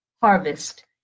harvest